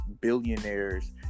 billionaires